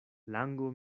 lango